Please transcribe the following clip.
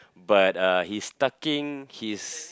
but uh he's tucking his